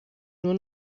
nur